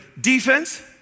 defense